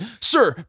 Sir